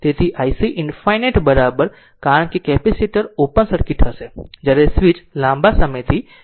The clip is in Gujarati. તેથી ic ∞ 0 કારણ કે કેપેસિટર ઓપન સર્કિટ હશે ત્યારે સ્વીચ લાંબા સમયથી ક્લોઝ હોય છે